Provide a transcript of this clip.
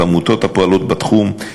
עמותות הפועלות בתחום,